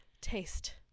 taste